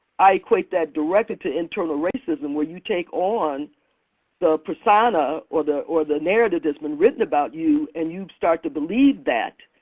i equate that directly to internal racism where you take on the persona, or the or the narrative that's been written about you and you start to believe that.